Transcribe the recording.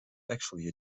actually